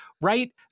right